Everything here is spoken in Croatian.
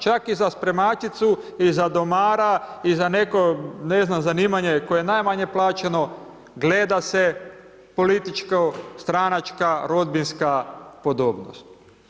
Čak i za spremačicu i za domara i za neko ne znam zanimanje, koje je najmanje plaćeno, gleda se političko, stranačka rodbinska podobnost.